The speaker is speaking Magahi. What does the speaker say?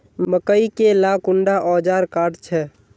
मकई के ला कुंडा ओजार काट छै?